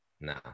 No